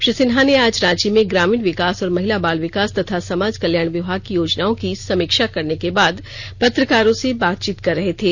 श्री सिन्हा ने आज रांची में ग्रामीण विकास और महिला बाल विकास तथा समाज कल्याण विभाग की योजनाओं की समीक्षा करने के बाद पत्रकारों से बातचीत कर रहे थे